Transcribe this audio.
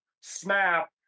Snap